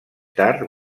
tard